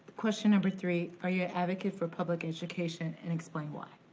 question number three. are you a advocate for public education, and explain why.